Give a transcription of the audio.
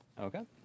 okay